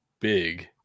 big